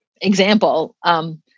example